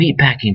meatpacking